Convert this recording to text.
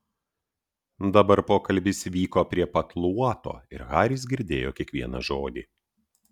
dabar pokalbis vyko prie pat luoto ir haris girdėjo kiekvieną žodį